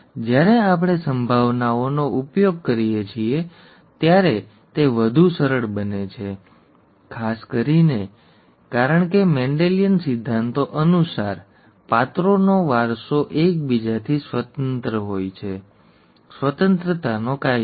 જ્યારે આપણે સંભાવનાઓનો ઉપયોગ કરીએ છીએ ત્યારે તે વધુ સરળ બને છે ખાસ કરીને કારણ કે મેન્ડેલિયન સિદ્ધાંતો અનુસાર પાત્રોનો વારસો એકબીજાથી સ્વતંત્ર હોય છે ઠીક છે સ્વતંત્રતાનો કાયદો